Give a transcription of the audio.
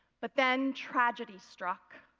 but then, tragedy struck.